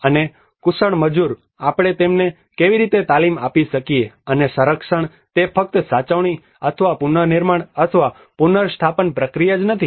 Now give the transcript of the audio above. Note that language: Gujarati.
અને કુશળ મજૂર આપણે તેમને કેવી રીતે તાલીમ આપી શકીએ અને સંરક્ષણ તે ફક્ત સાચવણી અથવા પુનર્નિર્માણ અથવા પુનર્સ્થાપન પ્રક્રિયા જ નથી